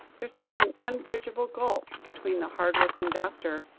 there seemed an unbridgeable gulf, between the hard-working doctor,